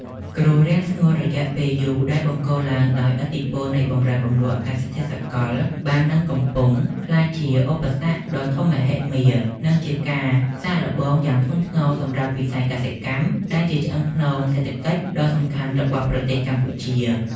គ្រោះរាំងស្ងួតរយៈពេលយូរ ដែលបង្កឡើងដោយឥទ្ធិពលនៃបម្រែបម្រួលអាកាសធាតុសកល បាននិងកំពុងក្លាយជាឧបសគ្គដ៏ធំមហិមា និងជាការសាកល្បងយ៉ាងធ្ងន់ធ្ងរសម្រាប់វិស័យកសិកម្ម ដែលជាឆ្អឹងខ្នងសេដ្ឋកិច្ចដ៏សំខាន់របស់ប្រទេសកម្ពុជា។